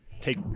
take